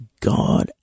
God